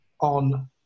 on